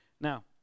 Now